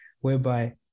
whereby